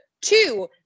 Two